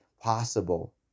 possible